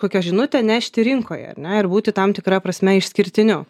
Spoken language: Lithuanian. kokią žinutę nešti rinkoje ar ne ir būti tam tikra prasme išskirtiniu